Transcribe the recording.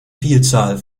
vielzahl